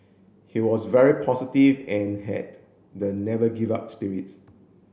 he was very positive and had the never give up spirit